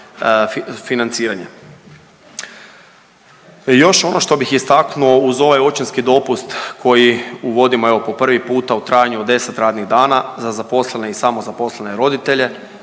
financiranje. Još ono što bih istaknuo uz ovaj očinski dopust koji uvodimo evo po prvi puta u trajanju od 10 radnih dana za zaposlene i samozaposlene roditelje